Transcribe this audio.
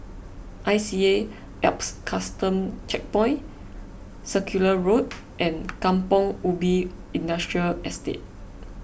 I C A Alps Custom Checkpoint Circular Road and Kampong Ubi Industrial Estate